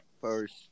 first